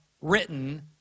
written